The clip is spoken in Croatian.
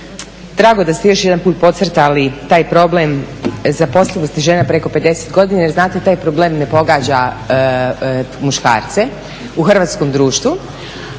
drago da ste još jedanput podcrtali taj problem zaposlivosti žena preko 50 godina jer znate taj problem ne pogađa muškarce u hrvatskom društvu.